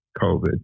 covid